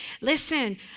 Listen